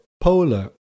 polar